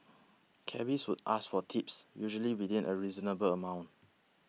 cabbies would ask for tips usually within a reasonable amount